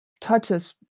touches